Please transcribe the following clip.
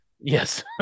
yes